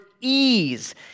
ease